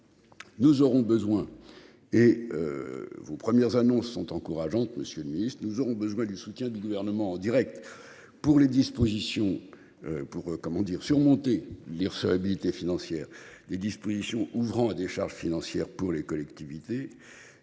Nous aurons besoin et. Vos premières annonces sont encourageantes. Monsieur le Ministre, nous aurons besoin du soutien du gouvernement en Direct. Pour les dispositions. Pour comment dire surmonter l'irrecevabilité financière des dispositions ouvrant à des charges financières pour les collectivités.